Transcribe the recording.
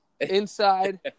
Inside